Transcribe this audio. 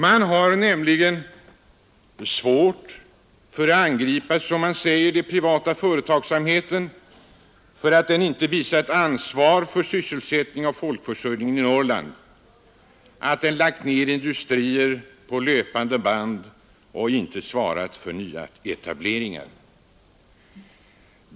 Man har nämligen mycket svårt för att angripa, som man säger, den privata företagsamheten för att den inte visat ansvar för sysselsättningen och folkförsörjningen i Norrland, Den har lagt ned industrier på löpande band och inte svarat för nyetableringar.